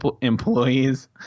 employees